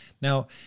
Now